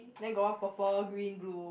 then got one purple green blue